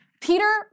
Peter